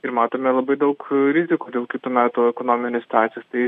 ir matome labai daug rizikų dėl kitų metų ekonominės situacijos tai